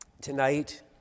tonight